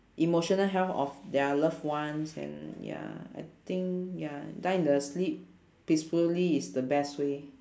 emotional health of their love ones and ya I think ya die in the sleep peacefully is the best way